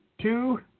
two